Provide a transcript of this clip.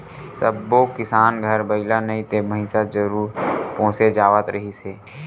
सब्बो किसान घर बइला नइ ते भइसा जरूर पोसे जावत रिहिस हे